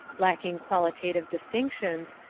lacking qualitative distinctions,